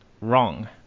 wrong